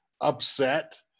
upset